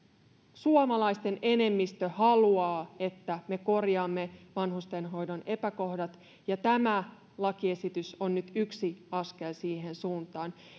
suomalaisten enemmistö haluaa että me korjaamme vanhustenhoidon epäkohdat ja tämä lakiesitys on nyt yksi askel siihen suuntaan